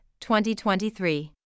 2023